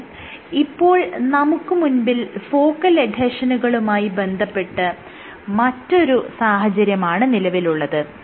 എന്നാൽ ഇപ്പോൾ നമുക്ക് മുൻപിൽ ഫോക്കൽ എഡ്ഹെഷനുകളുമായി ബന്ധപ്പെട്ട് മറ്റൊരു സാഹചര്യമാണ് നിലവിലുള്ളത്